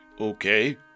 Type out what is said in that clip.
Okay